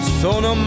sono